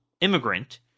immigrant